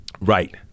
right